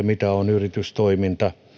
mitä on yritystoiminta